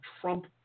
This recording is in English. Trump